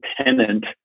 tenant